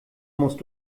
musst